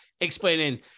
explaining